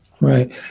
Right